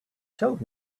told